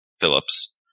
Phillips